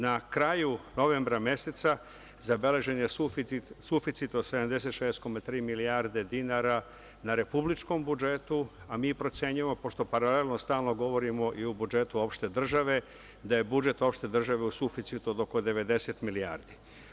Na kraju novembra meseca zabeležen je suficit od 76,3 milijarde dinara na republičkom budžetu, a mi procenjujemo, pošto paralelno stalno govorimo i o budžetu opšte države, da je budžet opšte države u suficitu od oko 90 milijardi.